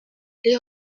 les